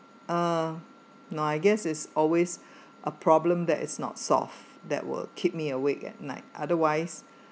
uh no I guess is always a problem that is not solve that will keep me awake at night otherwise